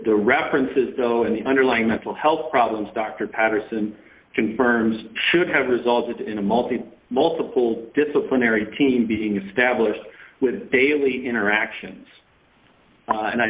the references in the underlying mental health problems dr patterson confirms should have resulted in a multi multiple disciplinary team being established with daily interactions a